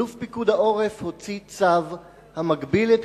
אלוף פיקוד העורף הוציא צו המגביל את